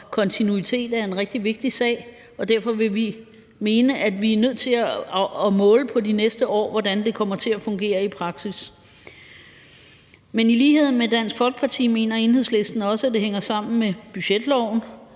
kontinuitet er en rigtig vigtig sag, og derfor vil vi mene, at vi er nødt til over de næste år at måle på, hvordan det kommer til at fungere i praksis. Men i lighed med Dansk Folkeparti mener Enhedslisten også, at det hænger sammen med budgetloven,